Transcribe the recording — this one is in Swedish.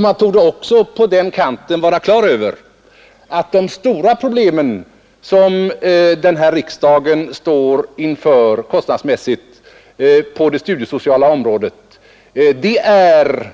Man torde också på den kanten vara på det klara med att de kostnadsmässigt stora problem som denna riksdag står inför på det studiesociala området avser